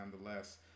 Nonetheless